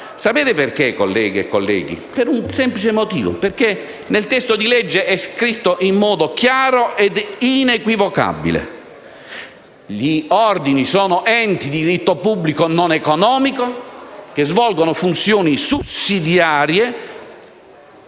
Sapete perché, colleghe e colleghi? Per un semplice motivo. Nel testo di legge è scritto in modo chiaro ed inequivocabile che gli ordini «sono enti pubblici non economici e agiscono quali organi sussidiari